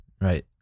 right